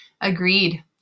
Agreed